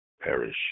perish